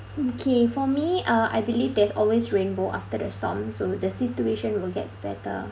okay for me uh I believe there's always rainbow after the storm so the situation will get better